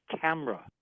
camera